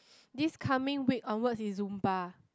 this coming week onwards is Zumba